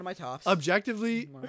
objectively